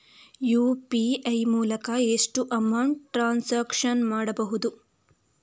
UPI ಮೂಲಕ ಎಷ್ಟು amount transaction ಮಾಡಬಹುದು?